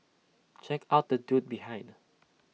check out the dude behind